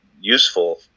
useful